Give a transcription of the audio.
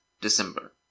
December